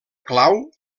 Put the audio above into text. clau